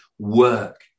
work